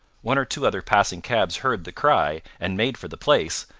one or two other passing cabs heard the cry, and made for the place,